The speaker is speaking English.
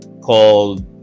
called